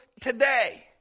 today